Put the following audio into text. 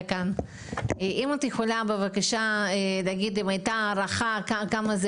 האם את יכולה בבקשה להגיד האם הייתה הערכה כמה זה